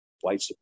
white